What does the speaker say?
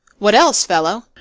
what else, fellow?